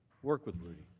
work with rudy.